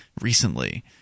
recently